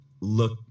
look